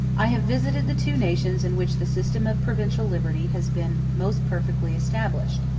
i have visited the two nations in which the system of provincial liberty has been most perfectly established,